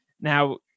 Now